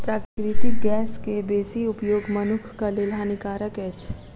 प्राकृतिक गैस के बेसी उपयोग मनुखक लेल हानिकारक अछि